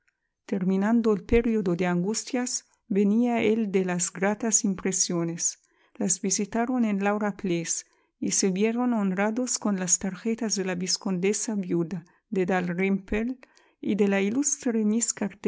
el período de angustias venía el de las gratas impresiones las visitaron en laura place y se vieron honrados con las tarjetas de la vizcondesa viuda de dalrymple y de la ilustre